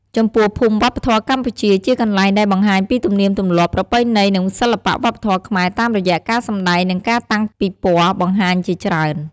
ចំពោះភូមិវប្បធម៌កម្ពុជា ជាកន្លែងដែលបង្ហាញពីទំនៀមទម្លាប់ ប្រពៃណី និងសិល្បៈវប្បធម៌ខ្មែរតាមរយៈការសម្តែង និងការតាំងពិពណ៌បង្ហាញជាច្រើន។